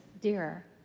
dearer